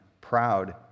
proud